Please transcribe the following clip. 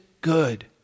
good